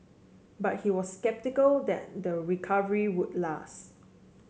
but he was sceptical then the recovery would last